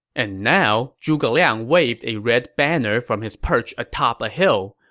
and now, zhuge liang waved a red banner from his perch atop a hill.